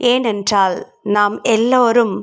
ஏன்னென்றால் நாம் எல்லோரும்